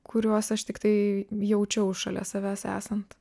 kuriuos aš tiktai jaučiau šalia savęs esant